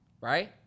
right